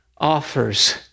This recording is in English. offers